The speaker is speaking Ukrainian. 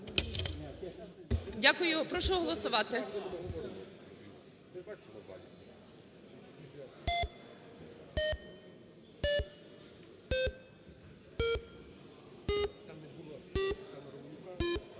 Дякую. Прошу голосувати.